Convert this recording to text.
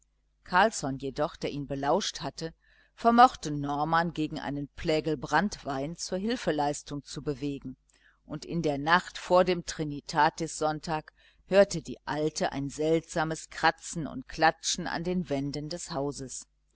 carlsson jedoch der ihn belauscht hatte vermochte norman gegen einen pägel branntwein zur hilfeleistung zu bewegen und in der nacht vor dem trinitatissonntag hörte die alte ein seltsames kratzen und klatschen an den wänden des hauses